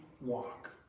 walk